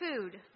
food